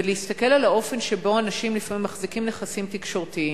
ולהסתכל על האופן שבו אנשים לפעמים מחזיקים נכסים תקשורתיים,